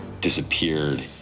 disappeared